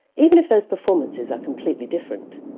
even if those performances are completely different.